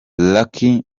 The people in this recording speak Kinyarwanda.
lucky